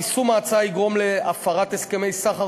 יישום ההצעה יגרום להפרת הסכמי סחר